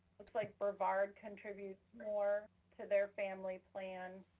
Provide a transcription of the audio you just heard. looks like brevard contributes more to their family plan.